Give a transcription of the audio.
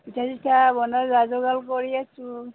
পিঠা চিঠা বনালো যা যোগাৰ কৰি আছোঁ